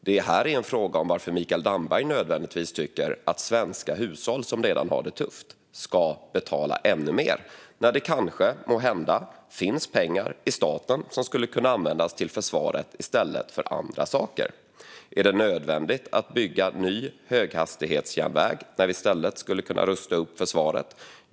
Det här är en fråga om varför Mikael Damberg nödvändigtvis tycker att svenska hushåll, som redan har det tufft, ska betala ännu mer när det kanske, måhända, finns pengar i staten som skulle kunna användas till försvaret i stället för andra saker. Är det nödvändigt att bygga ny höghastighetsjärnväg när vi i stället skulle kunna rusta upp försvaret?